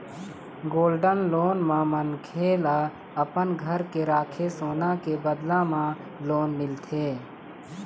gold loan म मनखे ल अपन घर के राखे सोना के बदला म लोन मिलथे